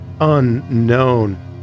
unknown